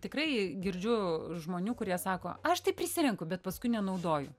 tikrai girdžiu žmonių kurie sako aš tai prisirenku bet paskui nenaudoju